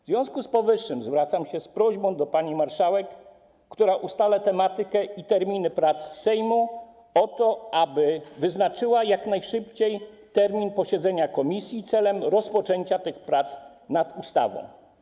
W związku z powyższym zwracam się z prośbą do pani marszałek, która ustala tematykę i terminy prac Sejmu, aby wyznaczyła jak najszybciej termin posiedzenia komisji celem rozpoczęcia prac nad ustawą.